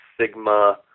Sigma